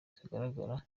zigaragaza